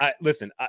Listen